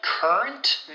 Current